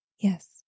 yes